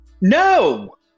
no